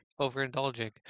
overindulging